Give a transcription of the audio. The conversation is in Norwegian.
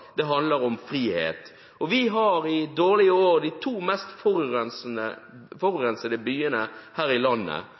vinterdager, handler om frihet. Vi har i dårlige år to svært forurensede byer her i landet,